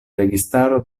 registaro